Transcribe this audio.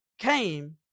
came